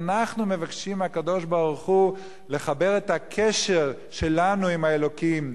אנחנו מבקשים מהקדוש-ברוך-הוא לחבר את הקשר שלנו עם האלוקים,